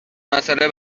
مسئله